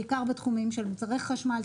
בעיקר בתחומים של מוצרי חשמל,